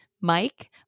Mike